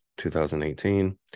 2018